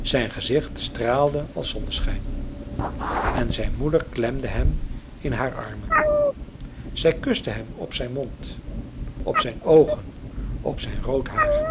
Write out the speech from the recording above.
zijn gezicht straalde als zonneschijn en zijn moeder klemde hem in haar armen zij kuste hem op zijn mond op zijn oogen op zijn rood haar